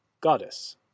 goddess